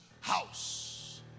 house